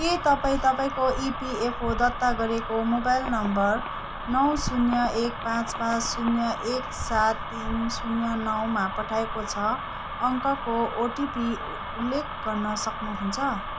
के तपाईँँ तपाईँँको इपिएफओ दर्ता गरेको मोबाइल नम्बर नौ शून्य एक पाँच पाँच शून्य एक सात तिन शून्य नौमा पठाइएको छ अङ्कको ओटिपी उल्लेख गर्न सक्नुहुन्छ